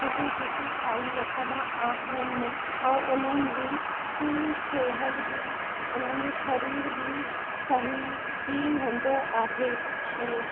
ख़ुशी ख़ुशी खाई वठंदा आहिनि ऐं उन्हनि जी ई सिहत बी उन्हनि जो शरीर बि सही ई हूंदो आहे ऐं